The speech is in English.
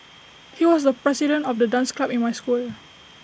he was the president of the dance club in my school